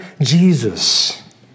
Jesus